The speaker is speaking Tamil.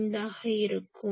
5 ஆக இருக்கும்